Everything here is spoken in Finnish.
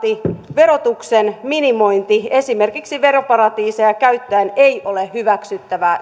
verotuksen minimointi esimerkiksi veroparatiiseja käyttäen ei ole hyväksyttävää